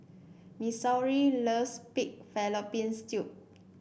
Missouri loves Pig Fallopian Tubes